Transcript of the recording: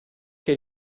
che